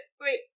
Wait